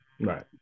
Right